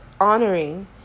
honoring